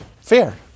Fair